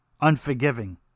unforgiving